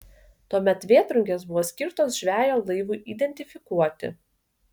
tuomet vėtrungės buvo skirtos žvejo laivui identifikuoti